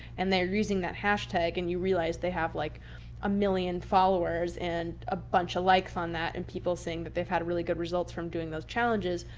and they're using that hashtag and you realize they have like a million followers and a bunch of likes on that and people saying that they've had really good results from doing those challenges.